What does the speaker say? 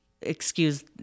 Excuse